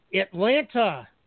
Atlanta